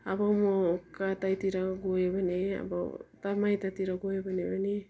अब म कतैतिर गएँ भने अब उता माइततिर गएँ भने पनि